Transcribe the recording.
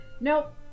Nope